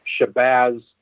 Shabazz